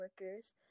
workers